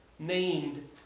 Named